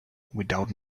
without